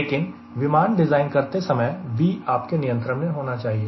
लेकिन विमान डिज़ाइन करते समय V आपके नियंत्रण में होना चाहिए